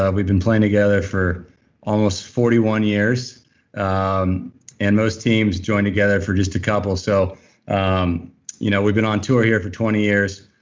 ah we've been playing together for almost forty one years um and most teams join together for just a couple. so um you know we've been on tour here for twenty years,